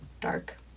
dark